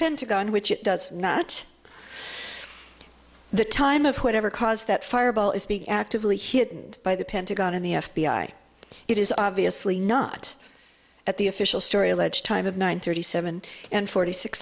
pentagon which it does not the time of whatever cause that fireball is being actively hidden by the pentagon and the f b i it is obviously not at the official story alleged time of nine thirty seven and forty six